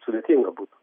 sudėtinga būtų